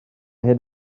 hyn